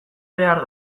behar